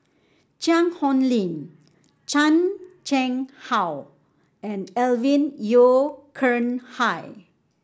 Cheang Hong Lim Chan Chang How and Alvin Yeo Khirn Hai